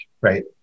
right